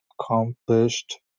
accomplished